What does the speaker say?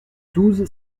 douze